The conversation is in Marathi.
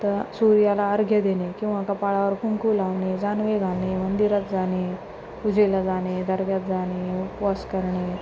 त सूर्याला अर्घ्य देणे किंवा कपाळावर कुंकू लावणे जानवे घालणे मंदिरात जाणे पूजेला जाणे दर्ग्यात जाणे उपवास करणे